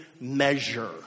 measure